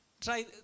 try